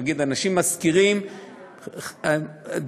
נגיד אנשים משכירים דברים,